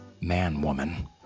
Man-Woman